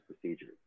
procedures